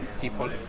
people